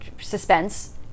suspense